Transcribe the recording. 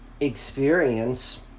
experience